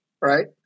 Right